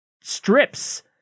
strips